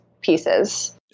pieces